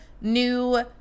new